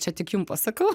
čia tik jum pasakau